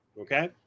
okay